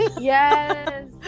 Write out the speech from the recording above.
yes